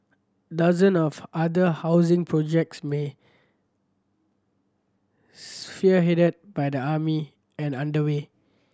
dozen of other housing projects may sphere headed by the army and underway